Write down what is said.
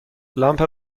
لامپ